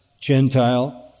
Gentile